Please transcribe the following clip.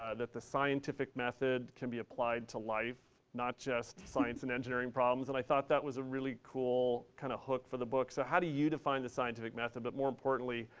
ah that the scientific method can be applied to life, not just science and engineering problems. and i thought that was a really cool kind of hook for the book. so how do you define the scientific method? but more importantly,